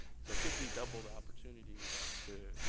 so it could be double the opportunity to, you